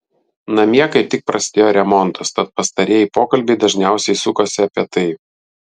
namie kaip tik prasidėjo remontas tad pastarieji pokalbiai dažniausiai sukasi apie tai